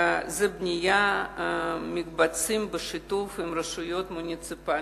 של בניית מקבצים בשיתוף עם הרשויות המוניציפליות.